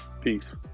peace